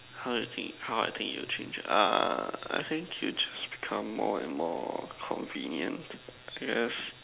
how you think how I think it would change ah uh I think it will just become more and more convenient I guess